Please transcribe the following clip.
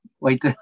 Wait